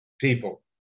people